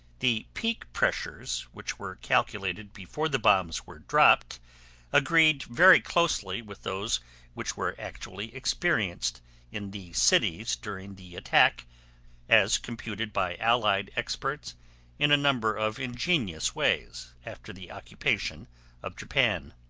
the peak pressures which were calculated before the bombs were dropped agreed very closely with those which were actually experienced in the cities during the attack as computed by allied experts in a number of ingenious ways after the occupation of japan.